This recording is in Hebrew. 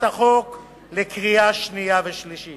החוק לקריאה שנייה ולקריאה שלישית.